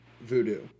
Voodoo